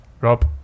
Rob